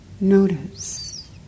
notice